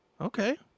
Okay